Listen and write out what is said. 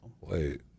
Wait